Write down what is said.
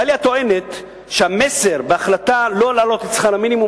דליה טוענת שהמסר בהחלטה לא להעלות את שכר המינימום